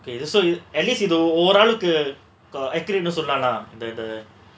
okay so you at least you know ஒவ்வொரு ஆளுக்கு:ovvoru aalukku the the